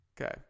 Okay